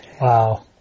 Wow